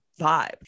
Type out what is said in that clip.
vibe